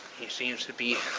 he seems to be.